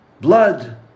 blood